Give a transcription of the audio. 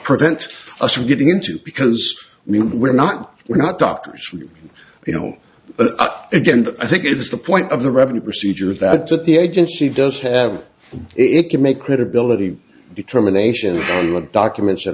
prevent us from getting into because i mean we're not we're not doctors you know but again i think it's the point of the revenue procedure that that the agency does have it can make credibility determination and the documents that